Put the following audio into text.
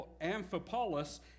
Amphipolis